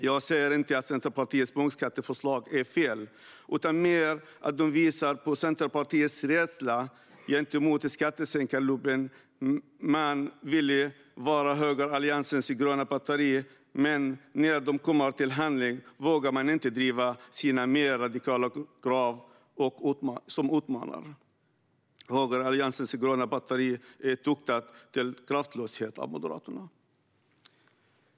Jag säger inte att Centerpartiets punktskatteförslag är fel utan mer visar på Centerpartiets rädsla gentemot skattesänkarlobbyn. Man vill vara högeralliansens gröna batteri, men när det kommer till handling vågar man inte driva sina mer radikala krav som utmanar. Högeralliansens gröna batteri är tuktat till kraftlöshet av Moderaterna.